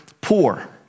poor